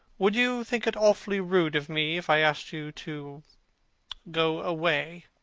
would you think it awfully rude of me if i asked you to go away?